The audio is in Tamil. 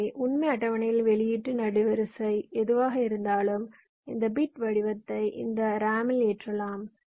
எனவே உண்மை அட்டவணையில் வெளியீட்டு நெடுவரிசை எதுவாக இருந்தாலும் இந்த பிட் வடிவத்தை இந்த ரேமில் ஏற்றலாம்